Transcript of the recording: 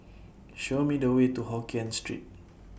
Show Me The Way to Hokkien Street